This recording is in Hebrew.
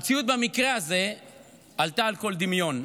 המציאות במקרה הזה עלתה על כל דמיון.